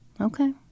Okay